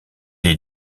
est